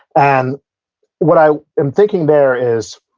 and what i am thinking there is,